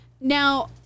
Now